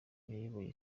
yayoboye